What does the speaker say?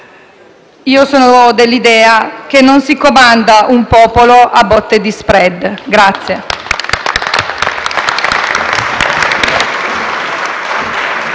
Sono dell'idea che non si comanda un popolo a botte di *spread*.